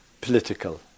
political